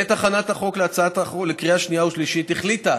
בעת הכנת הצעת החוק לקריאה השנייה והשלישית החליטה